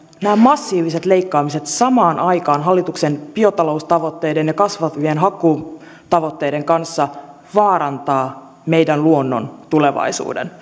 nämä massiiviset leikkaamiset samaan aikaan hallituksen biotaloustavoitteiden ja kasvavien hakkuutavoitteiden kanssa vaarantaa meidän luonnon tulevaisuuden